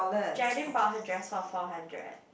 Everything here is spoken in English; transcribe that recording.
Jeraldine bought her dress for four hundred